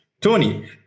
Tony